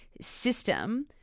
system